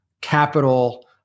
capital